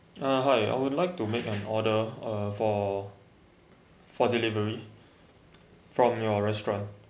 uh hi I would like to make an order uh for for delivery from your restaurant